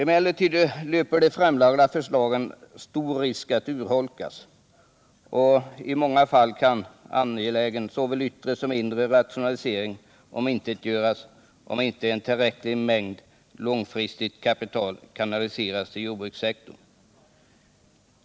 Emellertid löper de framlagda förslagen stor risk att urholkas, och i många fall kan angelägen såväl yttre som inre rationalisering omintetgöras, om inte en tillräcklig mängd långfristigt kapital kanaliseras till jordbrukssektorn.